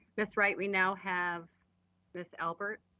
ms. wright, we now have ms. albert